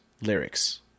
lyrics